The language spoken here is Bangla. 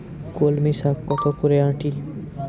কলমি শাখ কত করে আঁটি?